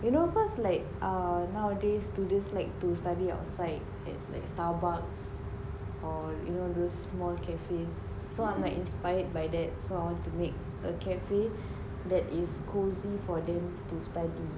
you know of course like err nowadays students like to study outside like at Starbucks or you know those small cafe so I'm like inspired by that so I want to make a cafe that is cosy for them to study